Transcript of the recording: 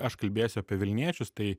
aš kalbėsiu apie vilniečius tai